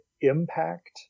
impact